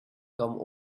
came